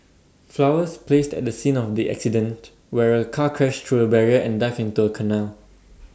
flowers placed at the scene the accident where A car crashed through A barrier and dived into A canal